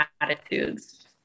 attitudes